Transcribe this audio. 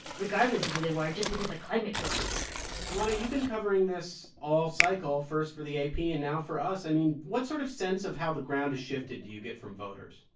regardless of who they were, just because the climate feels so different juana, you've been covering this all cycle, first for the ap and now for us. i mean, what sort of sense of how the ground has shifted do you get from voters?